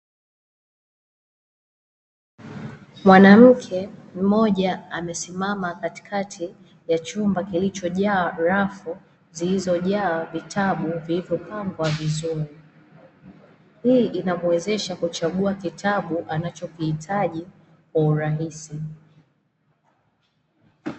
Mwanamke mmoja amesimama katikati ya chumba kilichojaa rafu zilizojaa vitabu vilivyopangwa vizuri, hii inamuwezesha kuchagua kitabu anachokihitaji kwa urahisi.